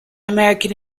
american